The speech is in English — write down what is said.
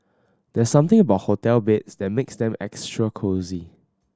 there's something about hotel beds that makes them extra cosy